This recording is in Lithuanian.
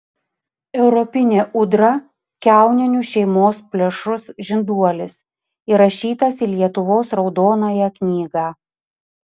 europinė ūdra kiauninių šeimos plėšrus žinduolis įrašytas į lietuvos raudonąją knygą